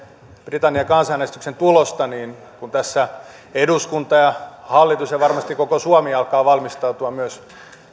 britannian kansanäänestyksen tulosta niin kun tässä eduskunta ja hallitus ja varmasti koko suomi alkavat kohta valmistautua myös